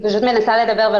על